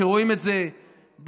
רואים את זה באוניברסיטאות,